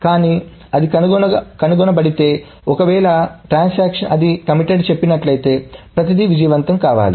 కానీ అది కనుగొనబడితేఒకవేళ ట్రాన్సాక్షన్ అది కమిటెడ్ చెప్పినట్లయితే ప్రతిదీ విజయవంతం కావాలి